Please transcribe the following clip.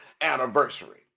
anniversary